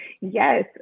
Yes